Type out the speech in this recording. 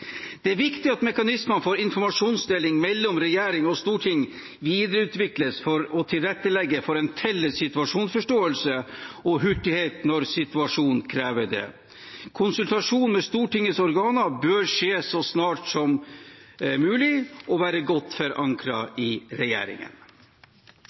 Det er viktig at mekanismene for informasjonsdeling mellom regjering og storting videreutvikles for å tilrettelegge for en felles situasjonsforståelse og hurtighet når situasjonen krever det. Konsultasjon med Stortingets organer bør skje så snart som mulig og være godt